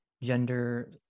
gender